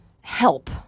help